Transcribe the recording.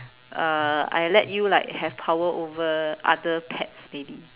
uh I let you like have power over other pets maybe